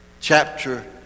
chapter